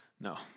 No